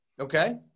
Okay